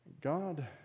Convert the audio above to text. God